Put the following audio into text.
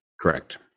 correct